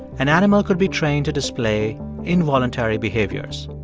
an animal could be trained to display involuntary behaviors.